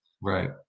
right